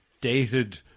dated